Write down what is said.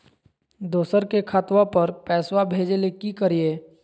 दोसर के खतवा पर पैसवा भेजे ले कि करिए?